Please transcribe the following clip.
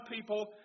people